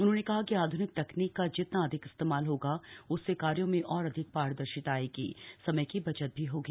उन्होंने कहा कि आध्निक तकनीक का जितना अधिक इस्तेमाल होगा उससे कार्यों में और अधिक पारदर्शिता आयेगी और समय की बचत भी होगी